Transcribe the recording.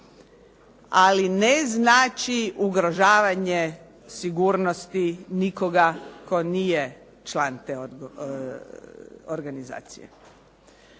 ali ne znači ugrožavanje sigurnosti nikoga tko nije član te organizacije.